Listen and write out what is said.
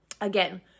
Again